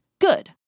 good